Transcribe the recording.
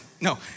No